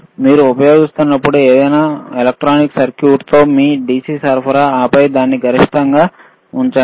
మీరు ఉపయోగిస్తున్నప్పుడు ఏదైనా ఎలక్ట్రానిక్ సర్క్యూట్తో మీ DC విద్యుత్ సరఫరా ఆపై దాన్ని గరిష్టంగా ఉంచండి